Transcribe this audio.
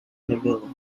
neville